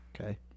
Okay